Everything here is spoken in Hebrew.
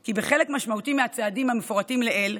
כי חלק משמעותי מהצעדים המפורטים לעיל,